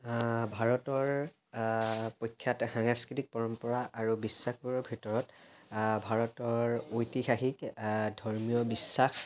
ভাৰতৰ প্ৰখ্যাত সাংস্কৃতিক পৰম্পৰা আৰু বিশ্বাসবোৰৰ ভিতৰত ভাৰতৰ ঐতিহাসিক এটা ধৰ্মীয় বিশ্বাস